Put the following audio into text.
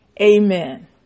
Amen